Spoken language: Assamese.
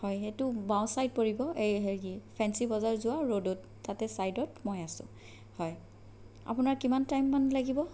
হয় সেইটো বাওঁ চাইদ পৰিব এই হেৰি ফেঞ্চি বজাৰ যোৱা ৰ'ডত তাতে চাইদতে মই আছোঁ হয় আপোনাৰ কিমান টাইম মান লাগিব